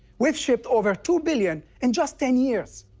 we've shipped over two billion in just ten years.